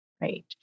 right